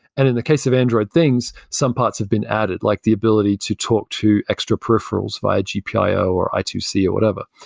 and in the case of android things, some parts have been added, like the ability to talk to extra peripherals via gpio, or i two c, or whatever.